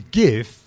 give